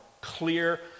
clear